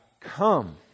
come